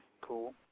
cool